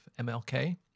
MLK